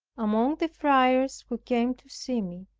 among the friars who came to see me,